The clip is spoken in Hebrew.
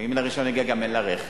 ואם אין לה רשיון נהיגה גם אין לה רכב.